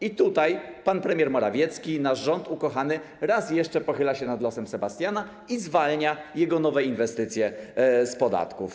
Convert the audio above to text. I tutaj pan premier Morawiecki i nasz rząd ukochany raz jeszcze pochylają się nad losem Sebastiana i zwalniają jego nowe inwestycje z podatków.